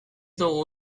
dugu